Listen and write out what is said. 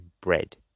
bread